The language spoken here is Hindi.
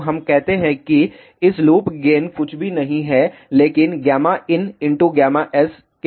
तो हम कहते हैं कि इस लूप गेन कुछ भी नहीं है लेकिन ins के बराबर हैं